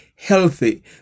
healthy